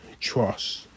trust